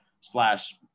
slash